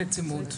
וצימוד.